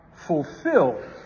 fulfilled